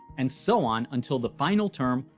and so on, until the final term,